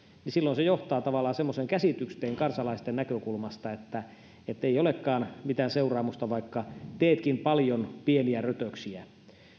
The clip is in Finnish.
niin silloin se johtaa tavallaan semmoiseen käsitykseen kansalaisten näkökulmasta ettei olekaan mitään seuraamusta vaikka teetkin paljon pieniä rötöksiä